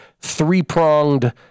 three-pronged